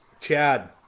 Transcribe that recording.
Chad